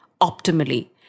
optimally